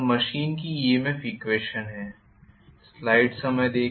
तो यह मशीन की EMF ईक्वेशनहै